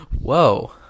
Whoa